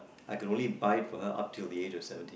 I could only buy for her up till the age of seventy